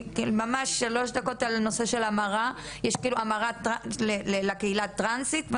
אתה רוצה לדבר איתנו על המרה לקהילה הטרנסית?